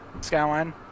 skyline